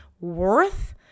worth